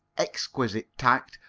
exquisite tact,